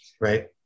right